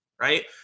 Right